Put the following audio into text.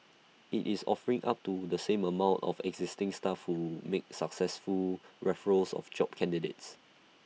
IT is offering up to the same amount of existing staff who make successful referrals of job candidates